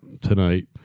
tonight